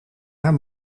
haar